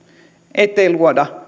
ettei luoda